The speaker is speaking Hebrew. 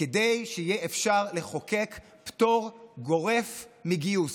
כדי שיהיה אפשר לחוקק פטור גורף מגיוס.